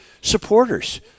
supporters